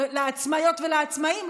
לעצמאיות ולעצמאים,